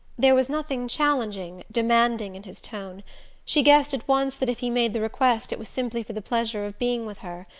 there was nothing challenging, demanding in his tone she guessed at once that if he made the request it was simply for the pleasure of being with her,